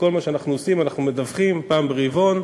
כל מה שאנחנו עושים, אנחנו מדווחים פעם ברבעון.